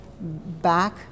back